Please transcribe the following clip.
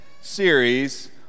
series